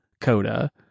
CODA